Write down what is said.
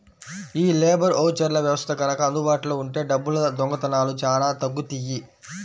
యీ లేబర్ ఓచర్ల వ్యవస్థ గనక అందుబాటులో ఉంటే డబ్బుల దొంగతనాలు చానా తగ్గుతియ్యి